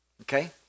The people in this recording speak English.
okay